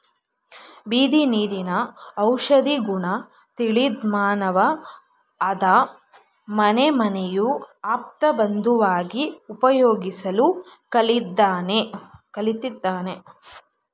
ಬಿದಿರಿನ ಔಷಧೀಗುಣ ತಿಳಿದ್ಮಾನವ ಅದ್ನ ಮನೆಮನೆಯ ಆಪ್ತಬಂಧುವಾಗಿ ಉಪಯೋಗಿಸ್ಲು ಕಲ್ತಿದ್ದಾನೆ